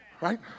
Right